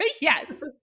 yes